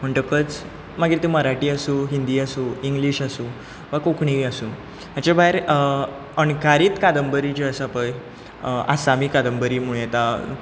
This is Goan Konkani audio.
म्हणटकच मागीर ते मराठी आसूं हिंदी आसूं इंग्लिश आसूं वा कोंकणी आसूं हाचे भायर अणकारीत कांदबरी ज्यो आसात पळय आसामी कांदबरी म्हणूं येता